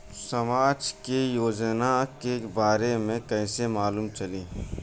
समाज के योजना के बारे में कैसे मालूम चली?